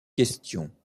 question